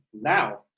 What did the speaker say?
now